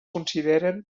consideren